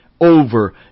over